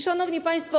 Szanowni Państwo!